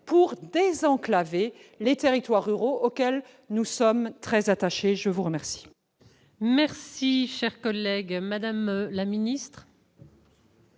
pour désenclaver les territoires ruraux, auxquels nous sommes très attachés ? La parole